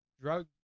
drug